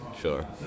Sure